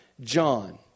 John